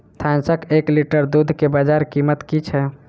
भैंसक एक लीटर दुध केँ बजार कीमत की छै?